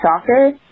soccer